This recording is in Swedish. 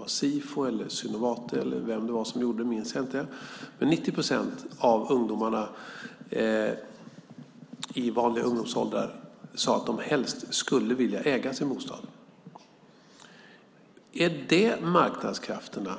Närmare 90 procent av de tillfrågade ungdomarna i vanliga ungdomsåldrar sade att de helst skulle vilja äga sin bostad. Är det marknadskrafterna?